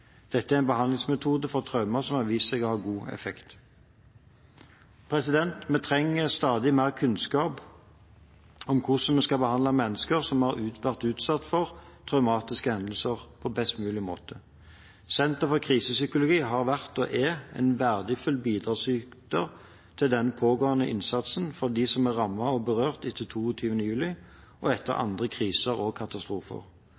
Dette er en behandlingsmetode for traumer som har vist seg å ha god effekt. Vi trenger stadig mer kunnskap om hvordan vi på best mulig måte skal behandle mennesker som har vært utsatt for traumatiske hendelser. Senter for Krisepsykologi har vært og er en verdifull bidragsyter til den pågående innsatsen for dem som er rammet og berørt etter 22. juli og etter andre kriser og katastrofer.